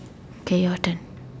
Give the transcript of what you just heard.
okay your turn